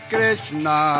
Krishna